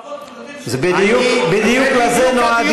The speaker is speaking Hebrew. חוות בודדים, בדיוק לזה נועד